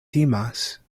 timas